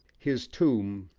his tomb,